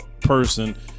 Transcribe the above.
person